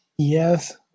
Yes